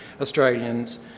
Australians